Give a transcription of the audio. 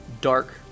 dark